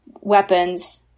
weapons